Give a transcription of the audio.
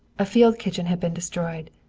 a field kitchen had been destroyed.